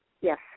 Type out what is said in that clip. Yes